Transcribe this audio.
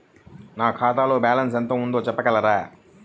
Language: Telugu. నా ఖాతాలో బ్యాలన్స్ ఎంత ఉంది చెప్పగలరా?